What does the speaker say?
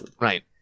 Right